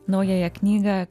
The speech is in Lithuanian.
naująją knygą